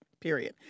period